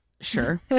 Sure